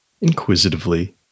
Inquisitively